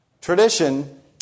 Tradition